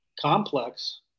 complex